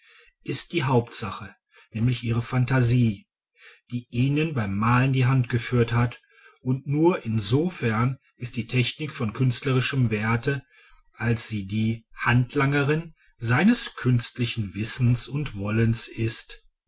ist die hauptsache nämlich ihre phantasie die ihnen beim malen die hand geführt hat und nur insofern ist die technik von künstlerischem werte als sie die handlangerin seines künstlichen wissens und wollens ist